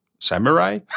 Samurai